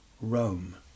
Rome